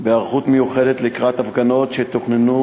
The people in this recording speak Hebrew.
היערכות מיוחדת לקראת הפגנות שתוכננו,